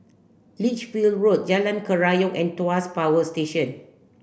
Lichfield Road Jalan Kerayong and Tuas Power Station